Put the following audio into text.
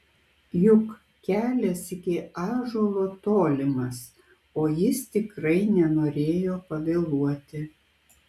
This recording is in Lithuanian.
juk kelias iki ąžuolo tolimas o jis tikrai nenorėjo pavėluoti